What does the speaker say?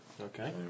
Okay